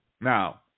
Now